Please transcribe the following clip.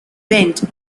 went